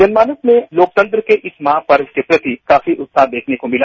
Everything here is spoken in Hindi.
जनमानस में लोकतंत्र के इस महापर्व के प्रति काफी उत्साह देखने को मिला